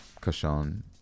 Kashan